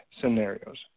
scenarios